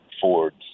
Ford's